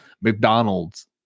McDonald's